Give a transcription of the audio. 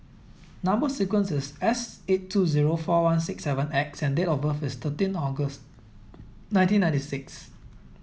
number sequence is S eight two zero four one six seven X and date of birth is thirteen August nineteen ninety six